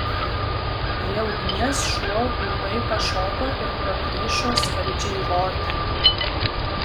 prie ugnies šuo ūmai pašoko ir praplyšo skardžiai loti